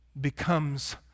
becomes